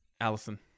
Allison